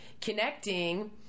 connecting